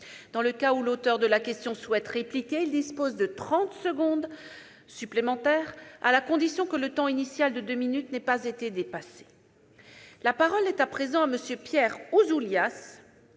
Dans le cas où l'auteur de la question souhaite répliquer, il dispose de trente secondes supplémentaires, à la condition que le temps initial de deux minutes n'ait pas été dépassé. Dans le débat interactif, la